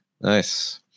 nice